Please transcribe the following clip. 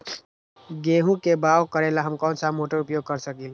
गेंहू के बाओ करेला हम कौन सा मोटर उपयोग कर सकींले?